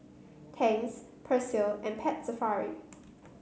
Tangs Persil and Pet Safari